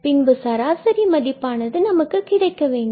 பின்பு சராசரி மதிப்பானது நமக்கு கிடைக்கவேண்டும்